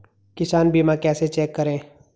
किसान बीमा कैसे चेक करें?